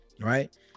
right